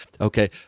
okay